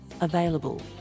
available